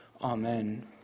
Amen